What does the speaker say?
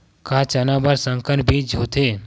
का चना बर संकर बीज होथे?